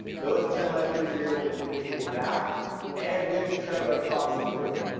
those ten languages are able to communicate back and with each other across the room.